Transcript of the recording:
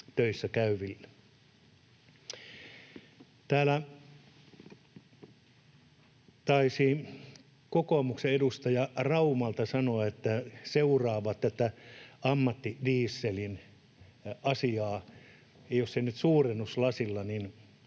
Täällä taisi kokoomuksen edustaja Raumalta sanoa, että seuraa tätä ammattidieselin asiaa, jos ei nyt suurennuslasilla,